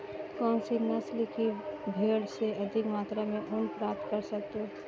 कौनसी नस्ल की भेड़ से अधिक मात्रा में ऊन प्राप्त कर सकते हैं?